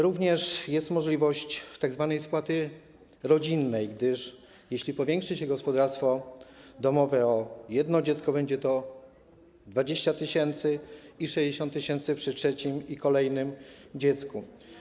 Również jest możliwość tzw. spłaty rodzinnej, gdyż jeśli gospodarstwo domowe powiększy się o jedno dziecko, będzie to 20 tys. i 60 tys. przy trzecim i kolejnym dziecku.